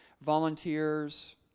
volunteers